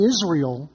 Israel